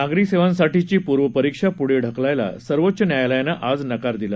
नागरी सेवांसाठीची पूर्वपरिक्षा पुढे ढकलायला सर्वोच्च न्यायालयानं आज नकार दिला